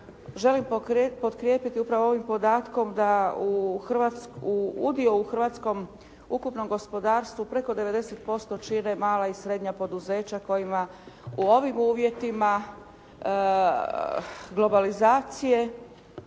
želim potkrijepiti upravo ovim podatkom da u udio u hrvatskom ukupnom gospodarstvu preko 90% čine mala i srednja poduzeća kojima u ovim uvjetima globalizacije